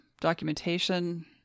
documentation